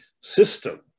system